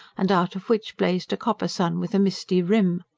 and out of which blazed a copper sun with a misty rim.